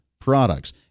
products